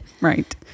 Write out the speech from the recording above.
Right